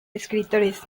escritores